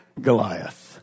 Goliath